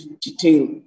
detail